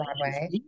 Broadway